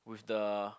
the